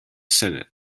senate